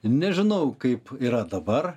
nežinau kaip yra dabar